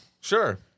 Sure